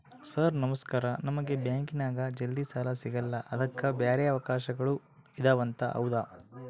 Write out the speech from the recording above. Sir ನಮಸ್ಕಾರ ನಮಗೆ ಬ್ಯಾಂಕಿನ್ಯಾಗ ಜಲ್ದಿ ಸಾಲ ಸಿಗಲ್ಲ ಅದಕ್ಕ ಬ್ಯಾರೆ ಅವಕಾಶಗಳು ಇದವಂತ ಹೌದಾ?